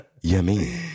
Yummy